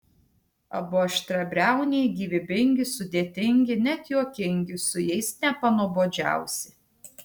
abu aštriabriauniai gyvybingi sudėtingi net juokingi su jais nepanuobodžiausi